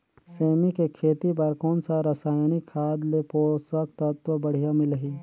सेमी के खेती बार कोन सा रसायनिक खाद ले पोषक तत्व बढ़िया मिलही?